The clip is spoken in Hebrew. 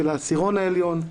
של העשירון העליון,